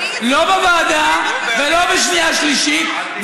לא בוועדה ולא בשנייה ושלישית,